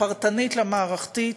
הפרטנית והמערכתית,